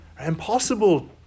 Impossible